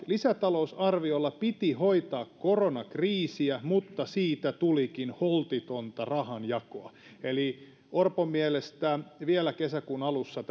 lisätalousarviolla piti hoitaa koronakriisiä mutta siitä tulikin holtitonta rahanjakoa eli orpon mielestä vielä kesäkuun alussa